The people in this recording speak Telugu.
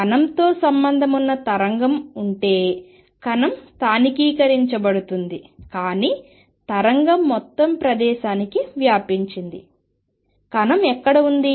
కణంతో సంబంధం ఉన్న తరంగం ఉంటే కణం స్థానికీకరించబడుతుంది కానీ తరంగం మొత్తం ప్రదేశానికి వ్యాపించింది కణం ఎక్కడ ఉంది